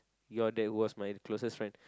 your dad was my closest friend